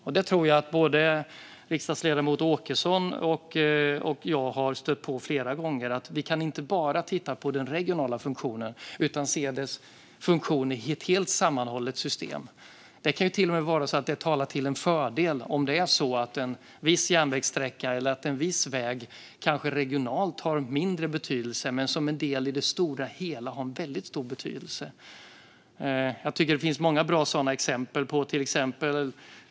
Jag tror att både riksdagsledamot Åkesson och jag flera gånger har stött på detta. Man kan inte bara titta på den regionala funktionen, utan man måste se dess funktion i ett sammanhållet system. Det kan till och med tala till en viss järnvägssträckas eller vägs fördel om den regionalt kanske har mindre betydelse. Som del av det stora hela kan den ha en väldigt stor betydelse. Det finns många bra sådana exempel.